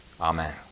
Amen